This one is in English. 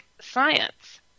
science